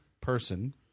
person